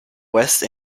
west